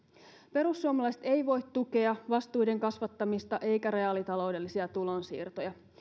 perussuomalaiset eivät voi tukea vastuiden kasvattamista eivätkä reaalitaloudellisia tulonsiirtoja